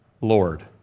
Lord